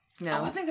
No